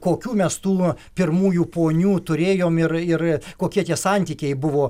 kokių mes tų pirmųjų ponių turėjom ir ir kokie tie santykiai buvo